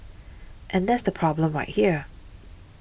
and that's the problem right there